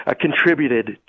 contributed